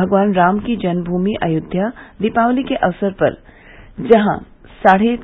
भगवान राम की जन्म भूमि अयोध्या दीपावली के अवसर पर जहां साढ़े